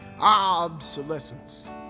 obsolescence